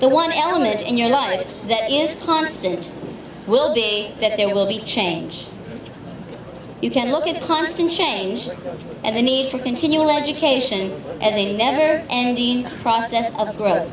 the one element in your life that is constant will be that there will be change you can look at constant change and the need for continual education and the never ending process of gro